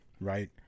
right